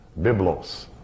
biblos